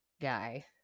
guy